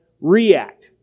react